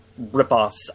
ripoffs